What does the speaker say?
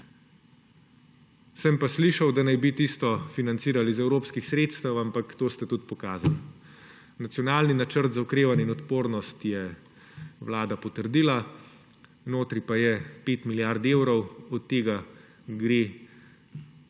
Sem pa slišal, da naj bi tisto financirali iz evropskih sredstev, ampak to ste tudi pokazali. Nacionalni načrt za okrevanje in odpornost je Vlada potrdila, notri pa je 5 milijard evrov, od tega gre 200